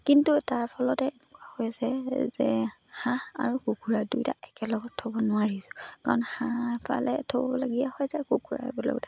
কিন্তু তাৰ ফলতে হৈছে যে হাঁহ আৰু কুকুৰা দুয়োটা একেলগত থ'ব নোৱাৰিছোঁ কাৰণ হাঁহ এফালে থ'বলগীয়া হৈ যায় কুকুৰা বেলেগ এফালে